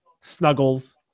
snuggles